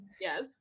yes